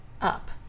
up